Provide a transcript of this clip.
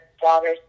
daughters